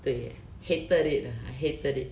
对 hated it ah I hated it